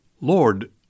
Lord